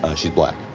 ah she's black.